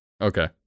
Okay